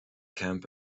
camp